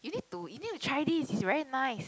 you need to you need to try this it's very nice